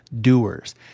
doers